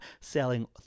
selling